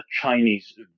Chinese